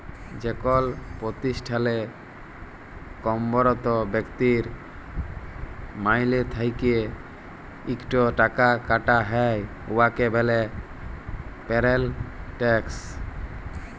যেকল পতিষ্ঠালে কম্মরত ব্যক্তির মাইলে থ্যাইকে ইকট টাকা কাটা হ্যয় উয়াকে ব্যলে পেরল ট্যাক্স